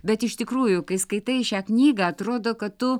bet iš tikrųjų kai skaitai šią knygą atrodo kad tu